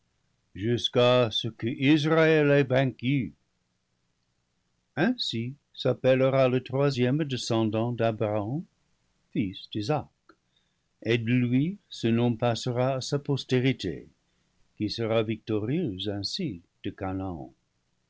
jusqu'à ce que israël ait vaincu ainsi s'appellera le troisième descendant d'a braham fils d'isaac et de lui ce nom passera à sa postérité qui sera victorieuse ainsi de chanaan